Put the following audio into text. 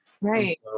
Right